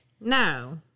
No